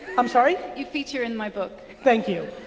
i'm sorry? you feature in my book. thank you.